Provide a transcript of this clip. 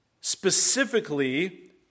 specifically